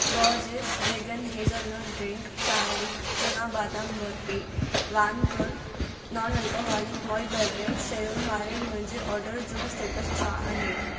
Borges vegan hazelnut ड्रिंकु चारविक चना बादाम बर्फी वान पर नॉन अल्कोहोलिक माल्ट बेवरेज शयुनि वारे मुंहिंजे ऑर्डर जो स्टेटस छा आहे